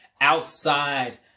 Outside